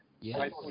Yes